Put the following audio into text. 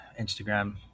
Instagram